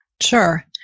Sure